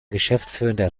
geschäftsführender